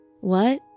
What